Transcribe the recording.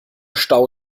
stau